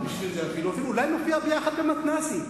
אולי נופיע יחד במתנ"סים,